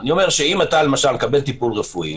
אני אומר שאם אתה למשל מקבל טיפול רפואי,